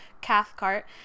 Cathcart